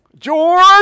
George